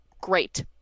Great